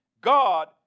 God